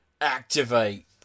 Activate